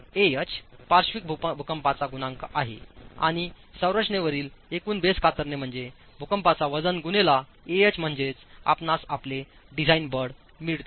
Ah पार्श्विक भूकंपाचा गुणांक आहे आणि संरचनेवरील एकूण बेस कातरणे म्हणजे भूकंपाचे वजन गुनेला Ah म्हणजेच आपणास आपले डिझाइन बळ मिळते